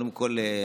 קודם כול,